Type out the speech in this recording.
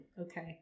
Okay